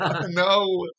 No